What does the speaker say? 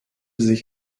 sich